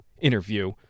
interview